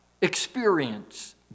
experience